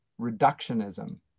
reductionism